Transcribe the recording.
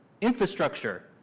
infrastructure